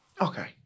Okay